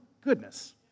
goodness